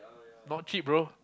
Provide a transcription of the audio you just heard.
not cheap bro